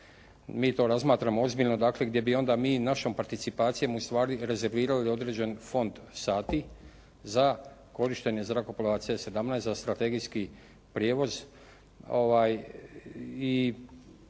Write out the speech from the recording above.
Mi to razmatramo ozbiljno, dakle gdje bi onda mi našom participacijom u stvari rezervirali određen fond sati za korištenje zrakoplova C-17 za strategijski prijevoz